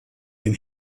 den